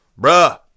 Bruh